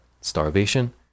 starvation